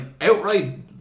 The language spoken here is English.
outright